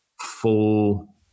full